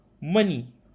money